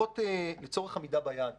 לצורך עמידה ביעד